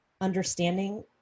understanding